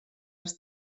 els